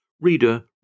Reader